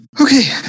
Okay